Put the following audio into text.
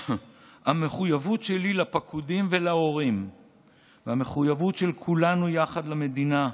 המחויבות שלי לפקודים ולהורים והמחויבות של כולנו יחד למדינה,